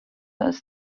ist